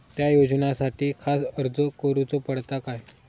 त्या योजनासाठी खास अर्ज करूचो पडता काय?